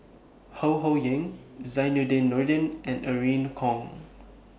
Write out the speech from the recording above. Ho Ho Ying Zainudin Nordin and Irene Khong